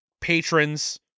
patrons